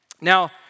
Now